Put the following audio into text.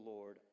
Lord